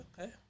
okay